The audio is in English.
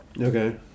Okay